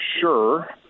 sure